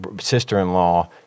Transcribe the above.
sister-in-law